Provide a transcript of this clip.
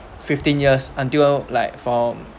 fifteen years until like from